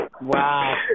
Wow